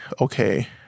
okay